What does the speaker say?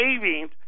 Savings